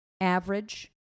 average